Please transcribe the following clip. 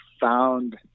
found